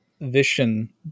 vision